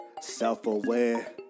Self-aware